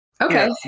okay